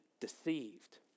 deceived